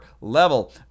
level